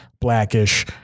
Blackish